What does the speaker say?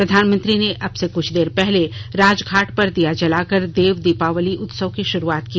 प्रधानमंत्री ने अब से कुछ देर पहले राज घाट पर दीया जलाकर देव दीपावली उत्सव की शुरुआत की